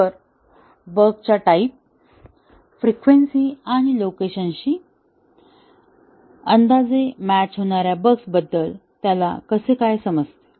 तर बगच्या type frequency आणि लोकेशनशी अंदाजे मॅच होणाऱ्या बग्स बद्दल त्याला कसे काय समजते